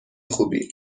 خوبی